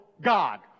God